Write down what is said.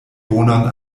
bonan